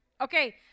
Okay